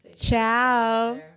Ciao